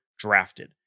drafted